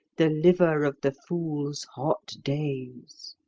the liver of the fool's hot days.